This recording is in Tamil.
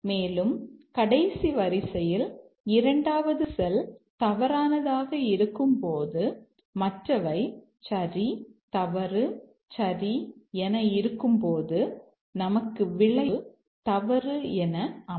மேலும் கடைசி வரிசையில் இரண்டாவது செல் தவறானதாக இருக்கும்போது மற்றவை சரி தவறு சரி என இருக்கும்போது நமக்கு விளைவு தவறு என அமையும்